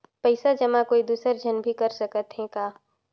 पइसा जमा कोई दुसर झन भी कर सकत त ह का?